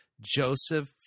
Joseph